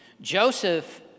Joseph